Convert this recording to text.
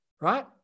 Right